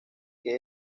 que